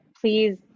please